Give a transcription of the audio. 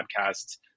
podcasts